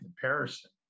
comparison